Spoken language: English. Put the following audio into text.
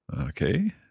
Okay